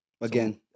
Again